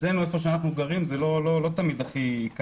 אצלנו איפה שאנחנו גרים זה לא תמיד כל כך קיים.